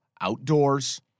outdoors